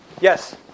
Yes